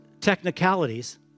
technicalities